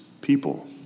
people